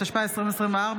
התשפ"ה 2024,